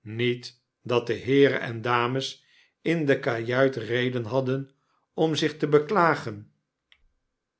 niet dat de heeren en dames in de kajuit reden hadden om zich te beklagen